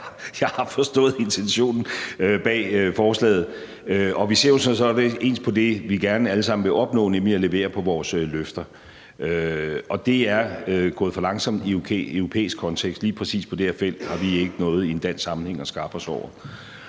Jeg har forstået intentionen bag forslaget, og vi ser jo sådan set ens på det, vi gerne alle sammen vil opnå, nemlig at levere på vores løfter. Og det er gået for langsomt i europæisk kontekst; lige præcis på det her felt har vi i dansk sammenhæng ikke noget